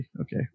Okay